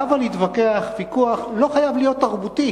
הבה נתווכח ויכוח, הוא לא חייב להיות תרבותי,